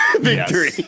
victory